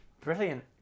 Brilliant